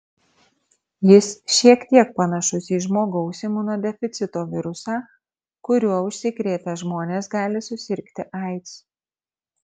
jis šiek tiek panašus į žmogaus imunodeficito virusą kuriuo užsikrėtę žmonės gali susirgti aids